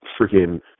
freaking